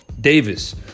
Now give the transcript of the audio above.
Davis